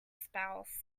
spouse